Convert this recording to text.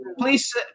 please